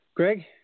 Greg